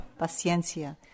Paciencia